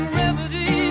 remedy